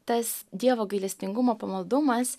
tas dievo gailestingumo pamaldumas